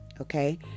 okay